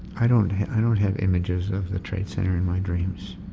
i don't i don't have images of the trade center in my dreams.